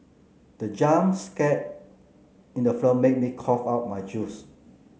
the jump scare in the film made me cough out my juice